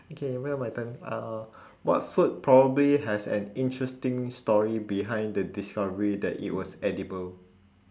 okay now my turn uh what food probably has an interesting story behind the discovery that it was edible